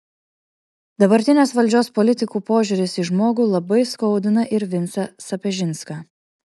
dabartinės valdžios politikų požiūris į žmogų labai skaudina ir vincą sapežinską